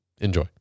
Enjoy